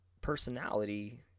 personality